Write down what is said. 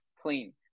clean